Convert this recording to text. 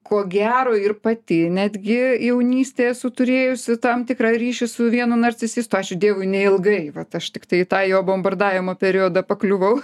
ko gero ir pati netgi jaunystėj esu turėjusi tam tikrą ryšį su vienu narcisistu ačiū dievui neilgai vat aš tiktai į tą jo bombardavimo periodą pakliuvau